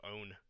own